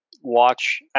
watch